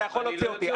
אתה יכול להוציא אותי.